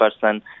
person